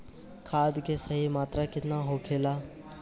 खाद्य के सही मात्रा केतना होखेला?